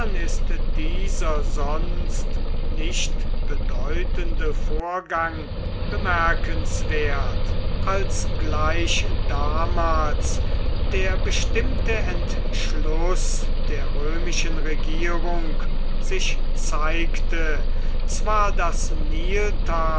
ist dieser sonst nicht bedeutende vorgang bemerkenswert als gleich damals der bestimmte entschluß der römischen regierung sich zeigte zwar das niltal